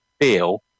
feel